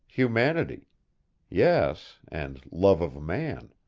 humanity yes, and love of man.